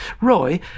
Roy